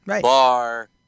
Bar